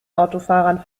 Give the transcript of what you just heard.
autofahrern